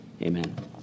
Amen